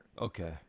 okay